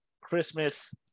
Christmas